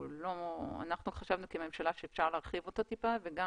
אנחנו כממשלה חשבנו שאפשר להרחיב אותו מעט וגם